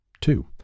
Two